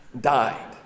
Died